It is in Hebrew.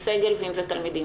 הסגל והתלמידים?